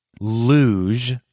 Luge